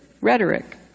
rhetoric